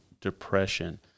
depression